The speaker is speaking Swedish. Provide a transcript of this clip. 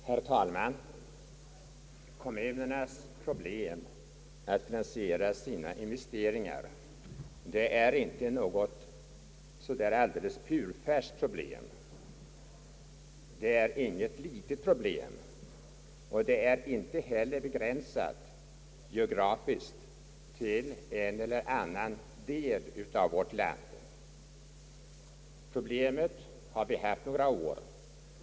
Herr talman! Kommunernas problem att finansiera sina investeringar är inte något alldeles purfärskt problem. Det är inget litet problem och det är inte heller begränsat geografiskt till en eller annan del av vårt land. Problemet har vi haft några år.